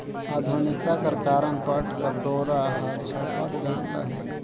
आधुनिकता कर कारन पट कर डोरा हर छपत जात अहे